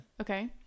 Okay